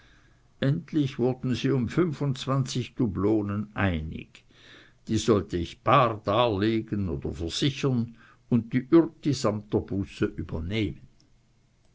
endlich wurden sie um dublonen einig die sollte ich also bar darlegen oder versichern und die üerti samt der buße übernehmen